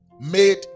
made